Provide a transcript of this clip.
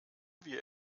wir